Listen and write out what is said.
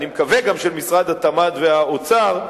אני מקווה שגם של משרד התמ"ת ומשרד האוצר,